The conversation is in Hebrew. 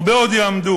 הרבה עוד יעמדו.